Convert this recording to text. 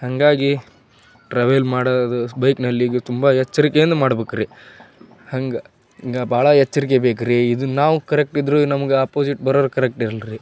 ಹಾಗಾಗಿ ಟ್ರಾವೆಲ್ ಮಾಡೋದು ಬೈಕ್ನಲ್ಲಿ ಈಗ ತುಂಬ ಎಚ್ಚರಿಕೆಯಿಂದ ಮಾಡಬೇಕ್ರಿ ಹಂಗೆ ಗ ಭಾಳ ಎಚ್ಚರಿಕೆ ಬೇಕ್ರಿ ಇದು ನಾವು ಕರೆಕ್ಟ್ ಇದ್ದರೂ ನಮ್ಗೆ ಅಪೋಝಿಟ್ ಬರೋರು ಕರೆಕ್ಟ್ ಇರಲ್ಲ ರೀ